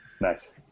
Nice